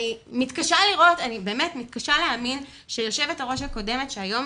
אני באמת מתקשה להאמין, שיושבת הראש הקודמת, שהיום